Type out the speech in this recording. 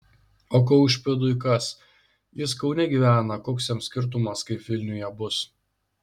o kaušpėdui kas jis kaune gyvena koks jam skirtumas kaip vilniuje bus